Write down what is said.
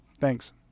Thanks